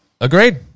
Agreed